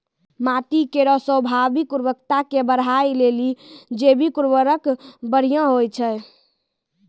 माटी केरो स्वाभाविक उर्वरता के बढ़ाय लेलि जैविक उर्वरक बढ़िया होय छै